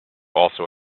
also